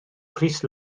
crys